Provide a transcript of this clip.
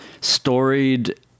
storied